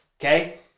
okay